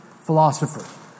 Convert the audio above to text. philosopher